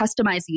customizing